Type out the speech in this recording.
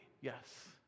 yes